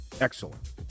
Excellent